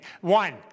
one